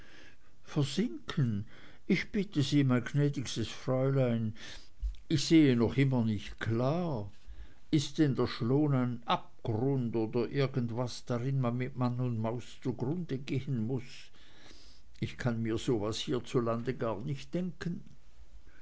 versinken ich bitte sie mein gnädigstes fräulein ich sehe noch immer nicht klar ist denn der schloon ein abgrund oder irgendwas drin man mit mann und maus zugrunde gehen muß ich kann mir so was hierzulande gar nicht denken